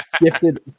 Gifted